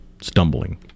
stumbling